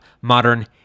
modern